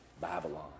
Babylon